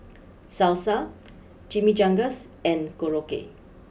Salsa Chimichangas and Korokke